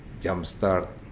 jumpstart